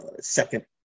second